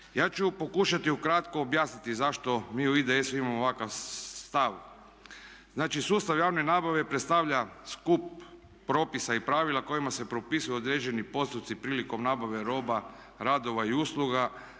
Ja ću pokušati ukratko objasniti zašto mi u IDS-u imamo ovakav stav. Znači, sustav javne nabave predstavlja skup propisa i pravila kojima se propisuju određeni postupci prilikom nabave roba, radova i usluga